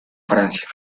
francia